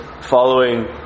following